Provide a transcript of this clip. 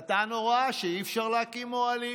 הוא נתן הוראה שאי-אפשר להקים אוהלים,